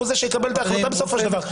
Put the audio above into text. הוא זה שיקבל את ההחלטה בסופו של דבר,